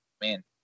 Man